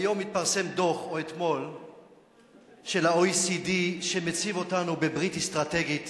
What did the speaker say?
היום או אתמול התפרסם דוח של ה-OECD שמציב אותנו בברית אסטרטגית